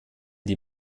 die